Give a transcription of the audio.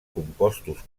compostos